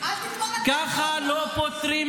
-- אם הייתם מדברים בצורה עניינית